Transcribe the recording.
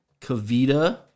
Kavita